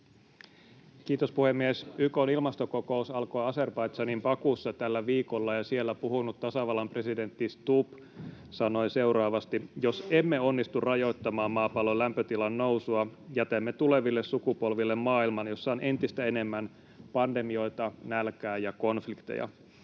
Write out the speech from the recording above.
Kiitos, puhemies! YK:n ilmastokokous alkoi Azerbaidžanin Bakussa tällä viikolla, ja siellä puhunut tasavallan presidentti Stubb sanoi seuraavasti: ”Jos emme onnistu rajoittamaan maapallon lämpötilan nousua, jätämme tuleville sukupolville maailman, jossa on entistä enemmän pandemioita, nälkää ja konflikteja.”